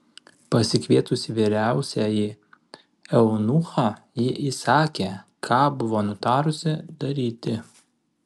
pasikvietusi vyriausiąjį eunuchą ji įsakė ką buvo nutarusi daryti